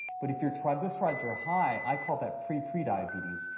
but if your triglycerides are high, i call that pre pre-diabetes.